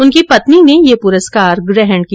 उनकी पत्नी ने ये पुरस्कार ग्रहण किया